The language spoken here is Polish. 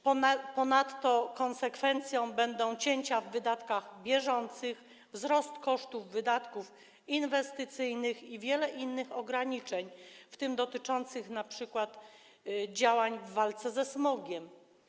Ponadto konsekwencją będą cięcia w wydatkach bieżących, wzrost kosztów wydatków inwestycyjnych i wiele innych ograniczeń, w tym dotyczących działań w walce ze smogiem.